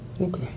Okay